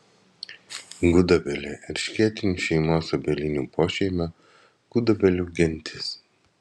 gudobelė erškėtinių šeimos obelinių pošeimio gudobelių gentis